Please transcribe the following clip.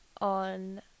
on